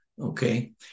Okay